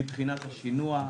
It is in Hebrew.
מבחינת השינוע,